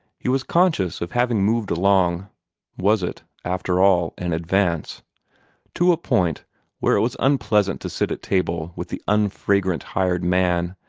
he was conscious of having moved along was it, after all, an advance to a point where it was unpleasant to sit at table with the unfragrant hired man,